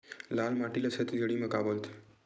लाल माटी ला छत्तीसगढ़ी मा का बोलथे?